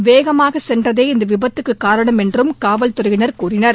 வேகமாக சென்றதே இந்த விபத்துக்குக் காரணம் என்றும் காவல்துறையினர் கூறினர்